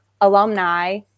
alumni